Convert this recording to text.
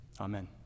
Amen